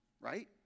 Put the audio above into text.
right